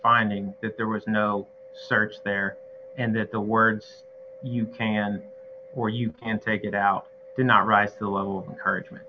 finding that there was no search there and that the words you can or you can take it out do not rise to the level urge me